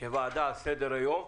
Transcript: על סדר היום.